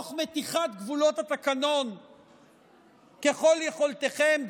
תוך מתיחת גבולות התקנון ככל יכולתכם,